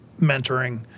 mentoring